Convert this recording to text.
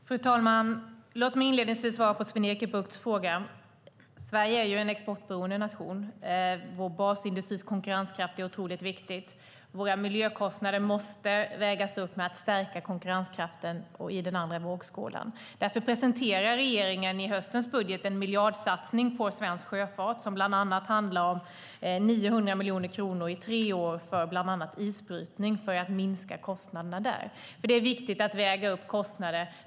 Fru talman! Jag vill inledningsvis svara på Sven-Erik Buchts fråga. Sverige är ju en exportberoende nation. Basindustrins konkurrenskraft är otroligt viktig. Våra miljökostnader måste vägas upp med att man i den andra vågskålen stärker konkurrenskraften. Därför presenterar regeringen i höstens budget en miljardsatsning på svensk sjöfart. Det handlar bland annat om att satsa 900 miljoner kronor under tre år på isbrytning för att minska kostnaderna på det området. Det är viktigt att väga upp kostnader.